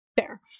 fair